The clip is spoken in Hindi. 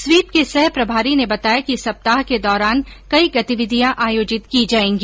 स्वीप के सहप्रभारी ने बताया कि सप्ताह के दौरान कई गतिविधियां आयोजित की जाएगी